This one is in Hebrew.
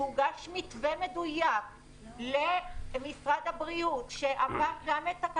והוגש מתווה מדויק למשרד הבריאות שעבר גם את משרד